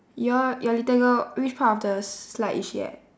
your your little girl which part of the slide is she at